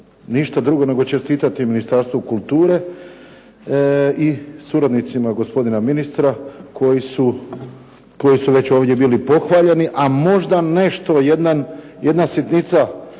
Ništa drugo nego čestitati Ministarstvu kulture i suradnicima gospodina ministra koji su već ovdje bili pohvaljeni a možda nešto, jedna sitnica